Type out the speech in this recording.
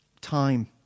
Time